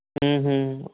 ਹਮ ਹਮ